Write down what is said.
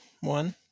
one